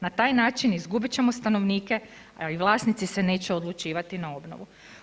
Na taj način izgubit ćemo stanovnike, a i vlasnici se neće odlučivati na obnovu.